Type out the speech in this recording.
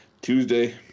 Tuesday